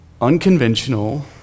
unconventional